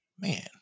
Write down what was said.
Man